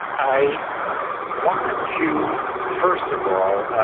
i wanted to first of all